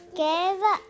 give